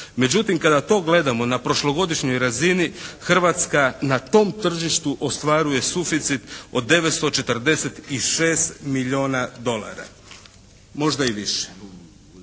Međutim kada to gledamo na prošlogodišnjoj razini Hrvatska na tom tržištu ostvaruje suficit od 946 milijuna dolara. Možda i više.